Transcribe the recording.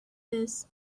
this